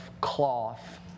cloth